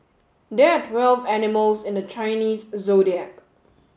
there are twelve animals in the Chinese Zodiac